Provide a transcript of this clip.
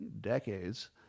decades